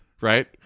right